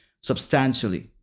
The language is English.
substantially